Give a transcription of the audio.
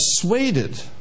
persuaded